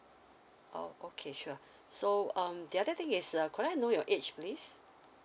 oh okay sure so um the other thing is uh could I know your age please